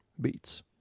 beats